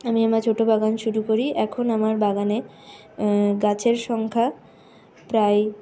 আমি আমার ছোটো বাগান শুরু করি এখন আমার বাগানে গাছের সংখ্যা প্রায়